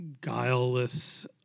guileless